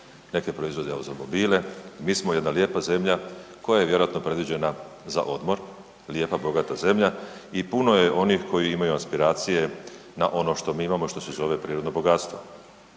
neke proizvode automobile, mi smo jedna lijepa zemlja koja je vjerojatno predviđena za odmor, lijepa, bogata zemlja i puno je onih koji imaju aspiracije na ono što mi imamo, što se zove prirodno bogatstvo.